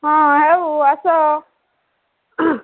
ହଁ ହେଉ ଆସ